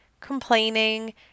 complaining